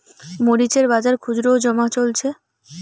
মরিচ এর বাজার খুচরো ও জমা কত চলছে?